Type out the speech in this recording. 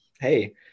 Hey